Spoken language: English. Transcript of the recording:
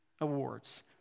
awards